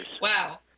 Wow